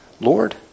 Lord